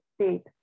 state